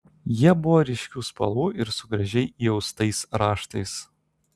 jie buvo ryškių spalvų ir su gražiai įaustais raštais